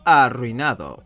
arruinado